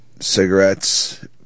cigarettes